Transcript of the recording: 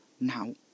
now